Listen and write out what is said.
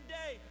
day